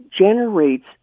generates